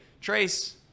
Trace